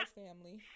family